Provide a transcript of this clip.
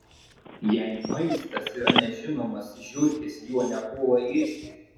jei maistas yra nežinomas žiurkės jo nepuola ėsti